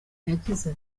yagize